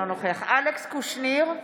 אינו נוכח אלכס קושניר,